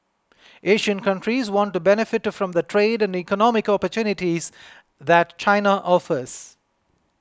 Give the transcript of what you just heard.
Asian countries want to benefit from the trade and economic opportunities that China offers